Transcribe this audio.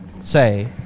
say